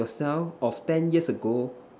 yourself of ten years ago